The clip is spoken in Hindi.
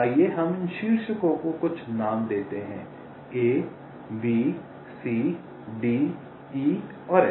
आइए हम इन शीर्षकों को कुछ नाम देते हैं A B C D E और F